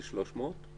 שזה 300,